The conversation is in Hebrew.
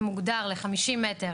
אם מוגדר ל-50 מטר